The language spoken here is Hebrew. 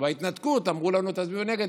בהתנתקות אמרו לנו: תצביעו נגד.